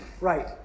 right